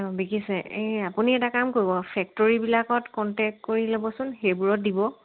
অ' বিকিছে এই আপুনি এটা কাম কৰিব ফেক্টৰী বিলাকত কণ্টেক্ট কৰি ল'বচোন সেইবোৰত দিব